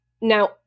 now